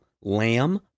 lamb